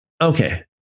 okay